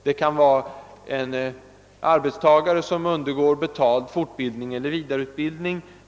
Det kan vara en arbetstagare som undergår betald fortbildning eller vidareutbildning.